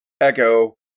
Echo